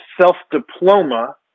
self-diploma